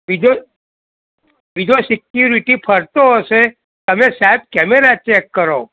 બીજો બીજો સિક્યુરિટી ફરતો હશે તમે સાહેબ કેમેરા ચેક કરો